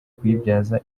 kuyibyaza